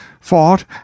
fought